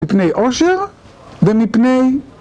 מפני אושר, ומפני...